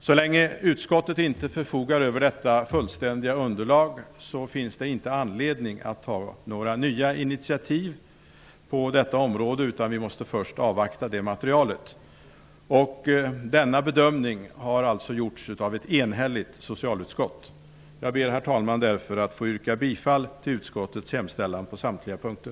Så länge utskottet inte förfogar över detta fullständiga underlag finns det inte anledning att ta några nya initiativ, utan vi måste först avvakta detta material. Denna bedömning har alltså gjorts av ett enhälligt socialutskott. Herr talman! Jag yrkar bifall till utskottets hemställan på samtliga punkter.